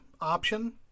option